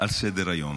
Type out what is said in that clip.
על סדר-היום: